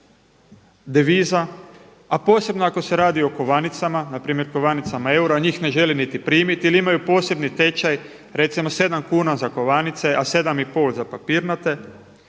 deviza a posebno ako se radi o kovanicama, npr. kovanicama eura, njih ne želi niti primiti jer imaju posebni tečaj, recimo 7 kuna za kovanice a 7,5 za papirnate.